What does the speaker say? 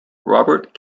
robert